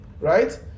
Right